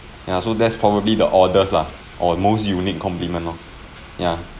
ya so that's probably the oddest lah or most unique complement orh ya